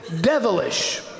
devilish